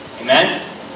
Amen